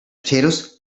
potatoes